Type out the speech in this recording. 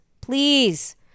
please